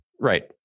Right